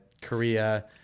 Korea